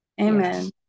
Amen